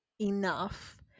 enough